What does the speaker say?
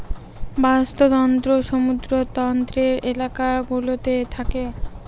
বাস্তুতন্ত্র সমুদ্র তটের এলাকা গুলোতে থাকে